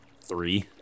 Three